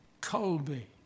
Colby